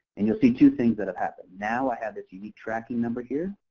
and you'll see two things that have happened. now i have this unique tracking number here.